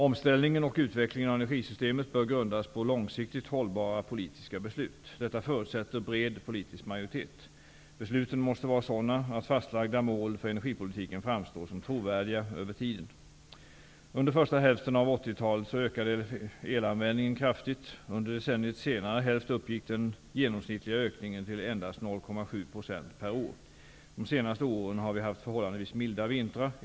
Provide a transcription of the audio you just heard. Omställningen och utvecklingen av energisystemet bör grundas på långsiktigt hållbara politiska beslut. Detta förutsätter bred politisk majoritet. Besluten måste vara sådana att fastlagda mål för energipolitiken framstår som trovärdiga över tiden. Under första hälften av 80-talet ökade elanvändningen kraftigt. Under decenniets senare hälft uppgick den genomsnittliga ökningen till endast 0,7 % per år. De senaste åren har vi haft förhållandevis milda vintrar.